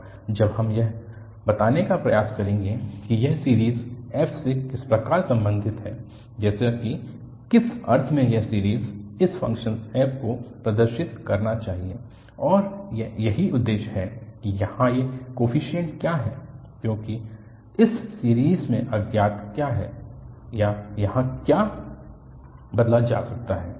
और अब हम यह बताने का प्रयास करेंगे कि यह सीरीज़ f से किस प्रकार संबंधित है जैसे की किस अर्थ में यह सीरीज़ इस फ़ंक्शन f को प्रदर्शित करना चाहिए और अब यही उद्देश्य है कि यहाँ ये कोफीशिएंट क्या हैं क्योंकि इस सीरीज़ में अज्ञात क्या है या यहाँ क्या बदला जा सकता है